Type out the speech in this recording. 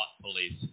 police